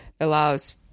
allows